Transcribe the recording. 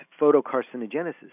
photocarcinogenesis